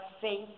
faith